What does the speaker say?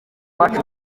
bacu